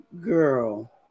Girl